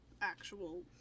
actual